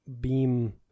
beam